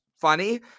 funny